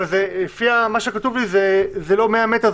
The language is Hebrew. אבל לפי מה שכתוב לי זה לא 100 מטר,